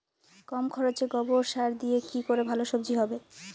কম খরচে গোবর সার দিয়ে কি করে ভালো সবজি হবে?